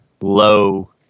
low